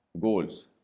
goals